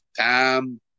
time